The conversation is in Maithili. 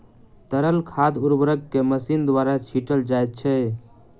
तरल खाद उर्वरक के मशीन द्वारा छीटल जाइत छै